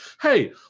hey